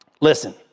listen